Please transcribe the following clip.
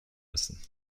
müssen